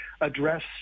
address